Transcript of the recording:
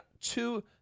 two